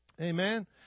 Amen